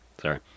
sorry